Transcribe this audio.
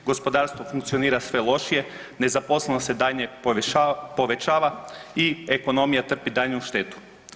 Gospodarstvo funkcionira sve lošije, nezaposlenost se dalje povećava i ekonomija trpi daljnju štetu.